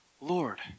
Lord